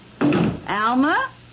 Alma